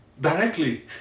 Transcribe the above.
directly